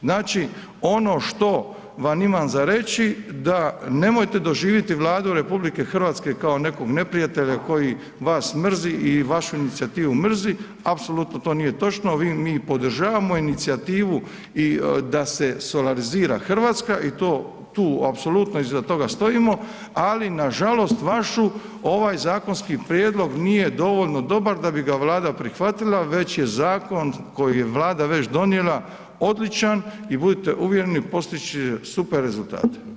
Znači, ono što vam imam za reći da nemojte doživiti Vladu RH kao nekog neprijatelja koji vas mrzi i vašu inicijativu mrzi, apsolutno to nije točno, mi podržavamo inicijativu i da se solarizira Hrvatska i to, tu apsolutno iza toga stojimo, ali nažalost vašu ovaj zakonski prijedlog nije dovoljno dobar da bi ga Vlada prihvatila već je zakon koji je Vlada već donijela odličan i budite uvjeren postići će super rezultate.